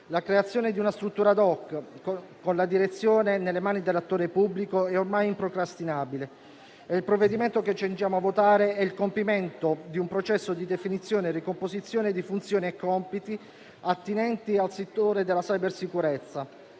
La creazione di una struttura *ad hoc*, con la direzione nelle mani dell'attore pubblico, è ormai improcrastinabile. Il provvedimento che ci accingiamo a votare è il compimento di un processo di definizione e ricomposizione di funzioni e compiti attinenti al settore della cybersicurezza,